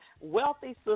wealthy